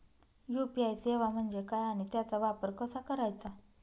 UPI सेवा म्हणजे काय आणि त्याचा वापर कसा करायचा?